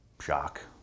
shock